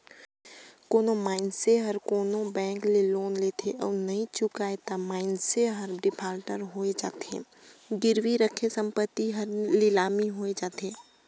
कोनो मइनसे हर कोनो बेंक ले लोन लेथे अउ नी चुकाय ता मइनसे हर डिफाल्टर होए जाथे, गिरवी रराखे संपत्ति हर लिलामी होए जाथे